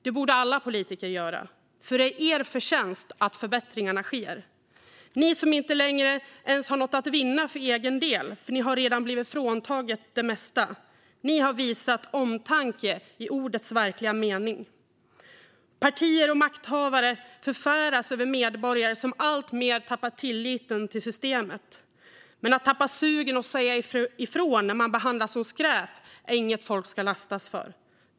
Det borde alla politiker göra, för det är er förtjänst att förbättringarna sker. Ni som inte längre ens har något att vinna för egen del, för att ni redan har blivit fråntagna det mesta, har visat omtanke i ordets verkliga mening. Partier och makthavare förfäras över medborgare som alltmer tappat tilliten till systemet. Men att tappa sugen och säga ifrån när man behandlas som skräp är inget som folk ska lastas för.